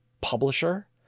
publisher